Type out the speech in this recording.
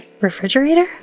Refrigerator